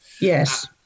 Yes